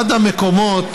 אחד המקומות